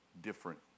different